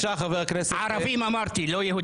ערבים אמרתי, לא יהודים.